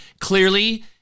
clearly